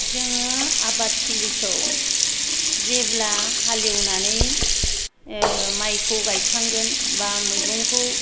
जोङो आबाद थिलिखौ जेब्ला हालेवनानै मायखौ गायखांगोन बा मैगंखौ